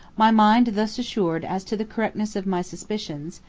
my mind thus assured as to the correctness of my suspicions,